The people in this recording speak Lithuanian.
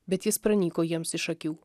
bet jis pranyko jiems iš akių